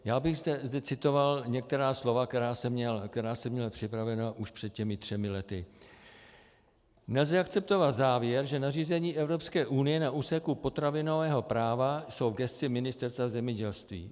Já bych zde citoval některá slova, která jsem měl připravena už před těmi třemi lety: Nelze akceptovat závěr, že nařízení Evropské unie na úseku potravinového práva jsou v gesci Ministerstva zemědělství.